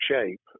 shape